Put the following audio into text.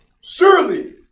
surely